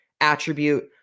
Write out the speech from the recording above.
attribute